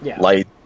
light